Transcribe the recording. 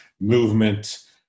movement